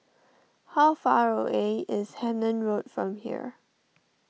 how far away is Hemmant Road from here